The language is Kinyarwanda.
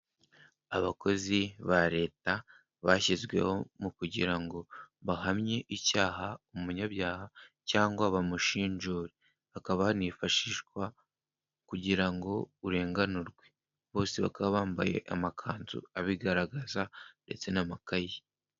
Abakozi ba leta bashyizweho mu kugira ngo bahamye icyaha umunyabyaha cyangwa bamushinjure, bakaba banifashishwa kugira ngo urenganurwe. Bose bakaba bambaye amakanzu abigaragaza ndetse n'amakayi.